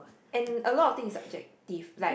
and lot of thing is subjective like